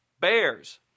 bears